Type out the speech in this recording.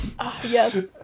Yes